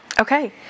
Okay